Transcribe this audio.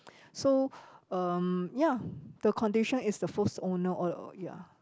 so um ya the condition is the first owner o~ ya